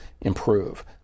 improve